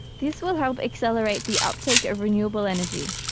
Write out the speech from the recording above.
this will help accelerate the uptake of renewable energy,